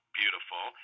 beautiful